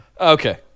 Okay